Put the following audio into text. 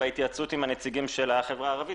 בהתייעצות עם הנציגים של החברה הערבית